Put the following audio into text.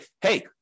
hey